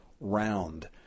round